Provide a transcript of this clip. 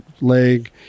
leg